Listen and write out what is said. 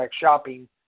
shopping